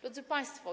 Drodzy Państwo!